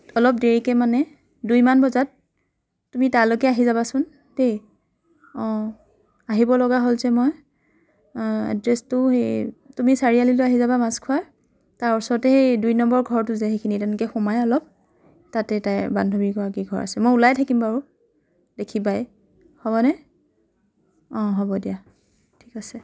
অলপ দেৰিকৈ মানে দুইমান বজাত তুমি তালৈকে আহি যাবাচোন দেই অঁ আহিব লগা হ'ল যে মই এড্ৰেছটো সেই তুমি চাৰিআলিলৈ আহি যাবা মাছখোৱাৰ তাৰ ওচৰতে সেই দুই নম্বৰ ঘৰটো যে সেইখিনিত এনেকৈ সোমাই অলপ তাতে তাই বান্ধৱীগৰাকীৰ ঘৰ আছে মই ওলাই থাকিম বাৰু দেখিবাই হ'বনে অঁ হ'ব দিয়া ঠিক আছে